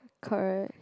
correct